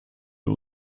wir